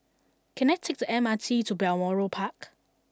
can I take the M R T to Balmoral Park